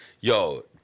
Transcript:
Yo